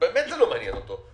באמת זה לא מעניין אותו.